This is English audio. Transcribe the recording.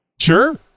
Sure